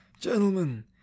gentlemen